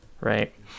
right